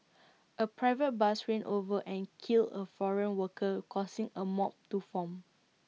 A private bus ran over and killed A foreign worker causing A mob to form